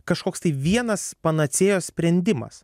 kažkoks tai vienas panacėjos sprendimas